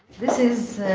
this is